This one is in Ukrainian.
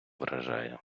вражає